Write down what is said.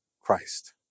Christ